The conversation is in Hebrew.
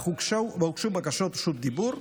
אך הוגשו בקשות רשות דיבור.